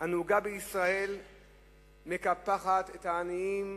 הנהוגה בישראל מקפחת את העניים